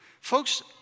folks